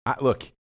look